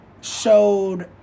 showed